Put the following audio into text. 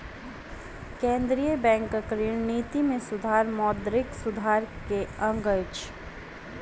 केंद्रीय बैंकक ऋण निति में सुधार मौद्रिक सुधार के अंग अछि